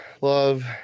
love